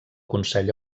consell